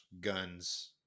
guns